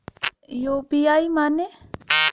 UPI माने?